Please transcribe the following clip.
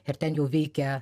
ir ten jau veikia